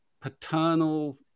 paternal